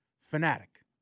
fanatic